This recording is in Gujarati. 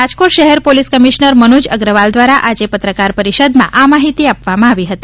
રાજકોટ શહેર પોલીસ કમિશ્રર મનોજ અગ્રવાલ દ્વારા આજે પત્રકાર પરિષદ માં આ માહિતી આપવામાં આવી હતી